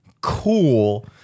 cool